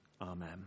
Amen